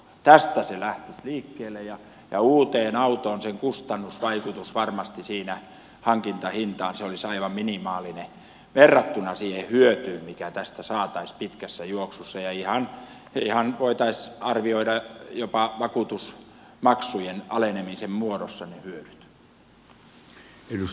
tästä se lähtisi liikkeelle ja uudessa autossa sen kustannusvaikutus siihen hankintahintaan olisi varmasti aivan minimaalinen verrattuna siihen hyötyyn mikä tästä saataisiin pitkässä juoksussa ja ihan voitaisiin arvioida jopa vakuutusmaksujen alenemisen muodossa ne hyödyt